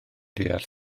deall